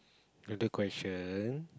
other question